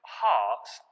hearts